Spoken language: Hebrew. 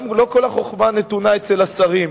וגם לא כל החוכמה נתונה אצל השרים.